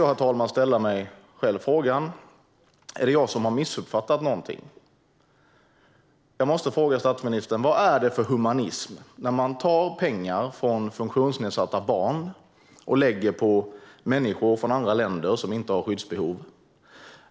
Jag måste ställa mig själv frågan: Är det jag som har missuppfattat någonting? Jag måste fråga statsministern: Vad är det för humanism när man tar pengar från funktionsnedsatta barn och lägger på människor från andra länder som inte har skyddsbehov?